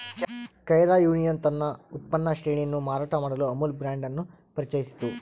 Kaira union ತನ್ನ ಉತ್ಪನ್ನ ಶ್ರೇಣಿಯನ್ನು ಮಾರಾಟ ಮಾಡಲು ಅಮುಲ್ ಬ್ರಾಂಡ್ ಅನ್ನು ಪರಿಚಯಿಸಿತು